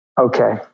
okay